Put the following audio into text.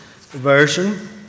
version